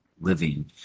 living